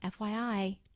FYI